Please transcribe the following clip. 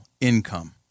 income